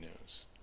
news